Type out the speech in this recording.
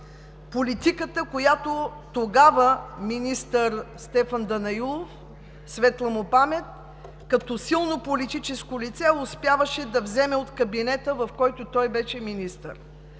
политиката, която тогава министър Стефан Данаилов, светла му памет, като силно политическо лице успяваше да вземе от кабинета, в който той беше министър.